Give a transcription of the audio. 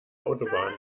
autobahn